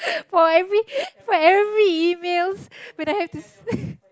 for every for every emails when I have to